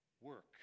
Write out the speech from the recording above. work